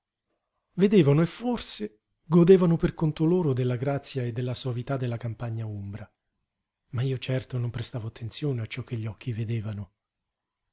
vedevano e forse godevano per conto loro della grazia e della soavità della campagna umbra ma io certo non prestavo attenzione a ciò che gli occhi vedevano